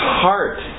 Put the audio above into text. heart